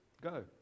Go